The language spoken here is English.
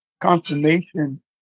confirmation